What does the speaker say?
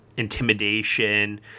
intimidation